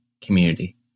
community